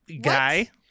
guy